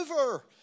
over